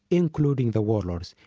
including the warlords,